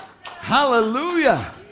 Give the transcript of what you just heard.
Hallelujah